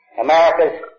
America's